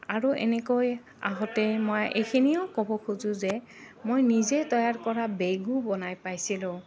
আৰু এনেকৈ আহোঁতে মই এইখিনিও ক'ব খোজোঁ যে মই নিজে তৈয়াৰ কৰা বেগো বনাই পাইছিলোঁ